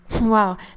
Wow